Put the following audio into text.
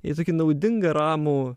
į tokį naudingą ramų